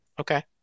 Okay